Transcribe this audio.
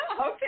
Okay